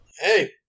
Hey